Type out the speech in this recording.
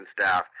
staff